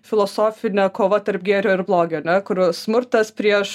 filosofinė kova tarp gėrio ir blogio ne kur smurtas prieš